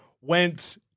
went